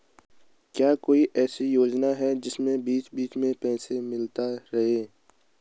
क्या कोई ऐसी योजना है जिसमें बीच बीच में पैसा मिलता रहे?